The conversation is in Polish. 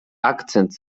akcent